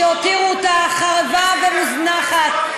שהותירו אותה חרבה ומוזנחת,